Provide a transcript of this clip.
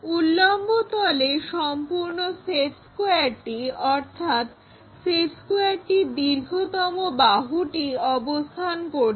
উল্লম্ব তলে সম্পূর্ণ সেট স্কোয়ারটি অর্থাৎ সেট স্কোয়ারটি দীর্ঘতম বাহুটি অবস্থান করছে